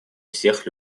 всех